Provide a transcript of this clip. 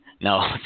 No